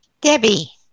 Debbie